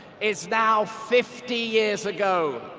is now fifty years ago.